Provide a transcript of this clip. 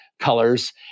Colors